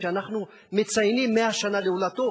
שאנחנו מציינים 100 שנה להולדתו,